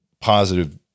positive